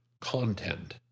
content